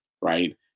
right